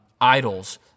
idols